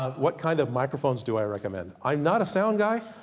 ah what kind of microphones do i recommend? i'm not a sound guy.